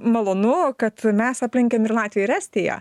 malonu kad mes aplenkėm ir latviją ir estiją